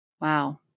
Wow